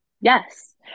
Yes